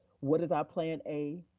what is our plan a?